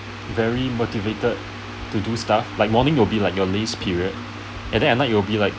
very motivated to do stuff like morning will be like your lace period and then at night you'll be like